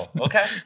Okay